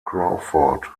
crawford